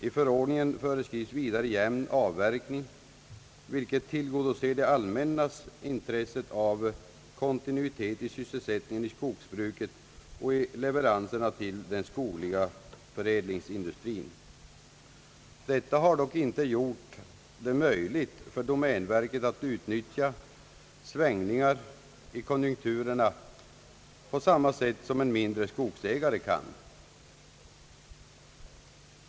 I förordningen föreskrivs vidare jämn avverkning, vilket tillgodoser det allmännas intresse av kontinuitet i sysselsättningen inom skogsbruket och leveranserna till den skogliga förädlingsindustrin. Detta har dock inte möjliggjort för domänverket att utnyttja svängningar i konjunkturerna på samma sätt som en mindre skogsägare kan göra.